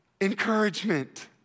encouragement